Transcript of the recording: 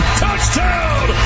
touchdown